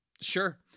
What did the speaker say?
Sure